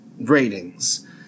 ratings